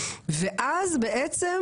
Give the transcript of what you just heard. ואז בעצם